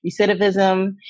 recidivism